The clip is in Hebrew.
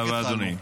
רק התחלנו.